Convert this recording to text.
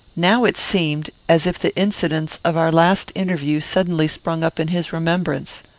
now it seemed as if the incidents of our last interview suddenly sprung up in his remembrance.